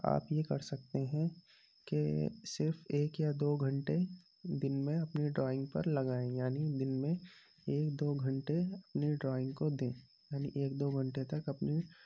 آپ یہ کر سکتے ہیں کہ صرف ایک یا دو گھنٹے دِن میں اپنی ڈرائنگ پر لگائیں یعنی دِن میں ایک دو گھنٹے اپنی ڈرائنگ کو دیں یعنی ایک دو گھنٹے تک اپنی